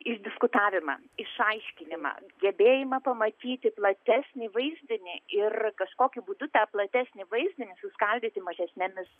išdiskutavimą išaiškinimą gebėjimą pamatyti platesnį vaizdinį ir kažkokiu būdu tą platesnį vaizdinį suskaldyti mažesnėmis